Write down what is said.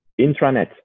intranet